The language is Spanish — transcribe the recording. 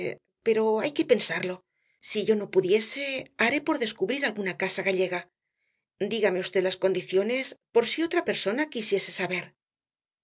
pero hay que pensarlo si yo no pudiese haré por descubrir alguna casa gallega dígame v las condiciones por si otra persona quisiese saber